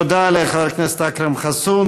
תודה לחבר הכנסת אכרם חסון.